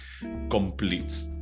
complete